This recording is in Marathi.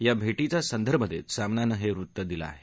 या भे वा संदर्भ देत सामनानं हे वृत्त दिलं आहे